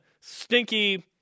stinky